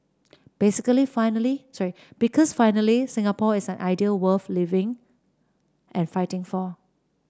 basically finally sorry because finally Singapore is an idea worth living and fighting for